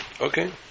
Okay